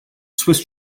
swiss